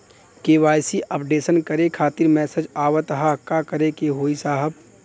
KYC updation करें खातिर message आवत ह का करे के होई साहब?